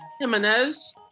Jimenez